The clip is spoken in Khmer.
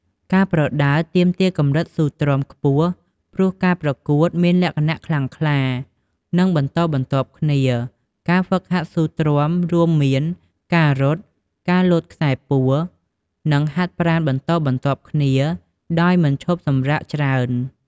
ការប្រដាល់ទាមទារកម្រិតស៊ូទ្រាំខ្ពស់ ព្រោះការប្រកួតមានលក្ខណៈខ្លាំងក្លា និងបន្តបន្ទាប់គ្នា ការហ្វឹកហាត់ស៊ូទ្រាំរួមមាន ការរត់ ការលោតខ្សែពួរ និងហាត់ប្រាណបន្តបន្ទាប់គ្នាដោយមិនឈប់សម្រាកច្រើន។